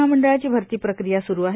महामंडळाची भरती प्रक्रिया स्रु आहे